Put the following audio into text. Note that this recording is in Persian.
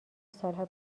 سالها